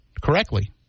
correctly